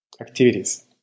activities